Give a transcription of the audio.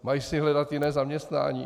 Mají si hledat jiné zaměstnání?